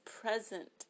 present